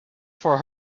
for